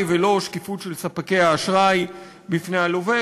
ולא שקיפות של ספקי האשראי בפני הלווה.